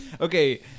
okay